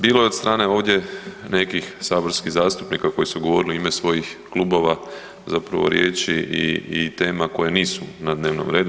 Bilo je od strane ovdje nekih saborskih zastupnika koji su govorili u ime svojih klubova zapravo riječi i tema koje nisu na dnevnom redu.